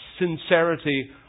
sincerity